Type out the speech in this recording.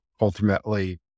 ultimately